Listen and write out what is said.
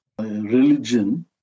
religion